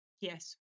Yes